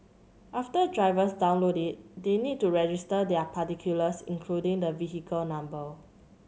after drivers download it they need to register their particulars including the vehicle number